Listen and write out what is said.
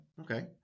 Okay